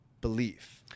belief